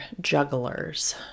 jugglers